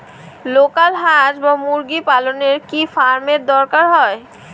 Local হাস বা মুরগি পালনে কি ফার্ম এর দরকার হয়?